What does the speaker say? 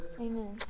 amen